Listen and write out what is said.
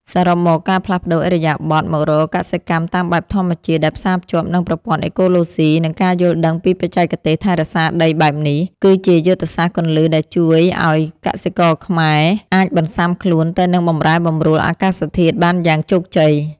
សរុបមក ការផ្លាស់ប្តូរឥរិយាបថមករកកសិកម្មតាមបែបធម្មជាតិដែលផ្សារភ្ជាប់នឹងប្រព័ន្ធអេកូឡូស៊ី និងការយល់ដឹងពីបច្ចេកទេសថែរក្សាដីបែបនេះ គឺជាយុទ្ធសាស្ត្រគន្លឹះដែលជួយឱ្យកសិករខ្មែរអាចបន្ស៊ាំខ្លួនទៅនឹងបម្រែបម្រួលអាកាសធាតុបានយ៉ាងជោគជ័យ។